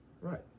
Right